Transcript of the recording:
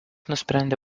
nusprendė